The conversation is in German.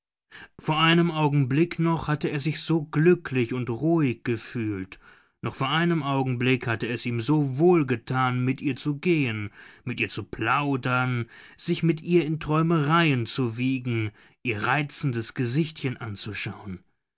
vor einem augenblick noch hatte er sich so glücklich und ruhig gefühlt noch vor einem augenblick hatte es ihm so wohlgetan mit ihr zu gehen mit ihr zu plaudern sich mit ihr in träumereien zu wiegen ihr reizendes gesichtchen anzuschauen